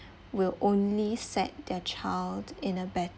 will only set their child in a better